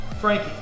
Frankie